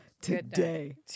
today